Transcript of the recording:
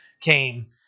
came